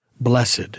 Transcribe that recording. blessed